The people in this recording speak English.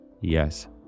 Yes